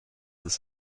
ist